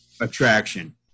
attraction